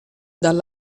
dal